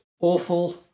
awful